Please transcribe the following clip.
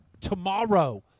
tomorrow